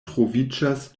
troviĝas